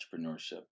entrepreneurship